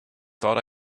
thought